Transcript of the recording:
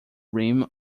rim